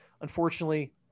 Unfortunately